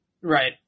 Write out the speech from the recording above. Right